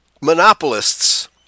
monopolists